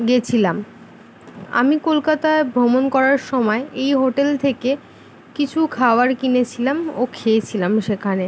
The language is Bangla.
গেছিলাম আমি কলকাতায় ভ্রমণ করার সময় এই হোটেল থেকে কিছু খাওয়ার কিনেছিলাম ও খেয়েছিলাম সেখানে